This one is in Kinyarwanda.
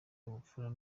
ubupfura